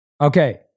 Okay